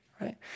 Right